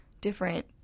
different